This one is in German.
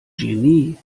genie